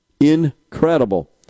Incredible